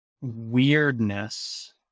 weirdness